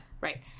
right